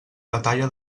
batalla